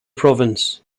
province